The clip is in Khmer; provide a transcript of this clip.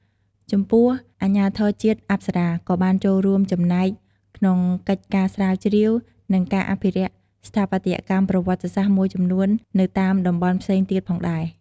ចំពោះអាជ្ញាធរជាតិអប្សរា ក៏បានចូលរួមចំណែកក្នុងកិច្ចការស្រាវជ្រាវ និងការអភិរក្សស្ថាបត្យកម្មប្រវត្តិសាស្ត្រមួយចំនួននៅតាមតំបន់ផ្សេងទៀតផងដែរ។